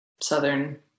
Southern